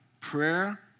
prayer